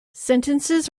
sentences